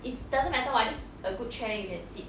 it's doesn't matter what just a good chair you can sit